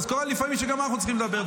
אז קורה לפעמים שגם אנחנו צריכים לדבר,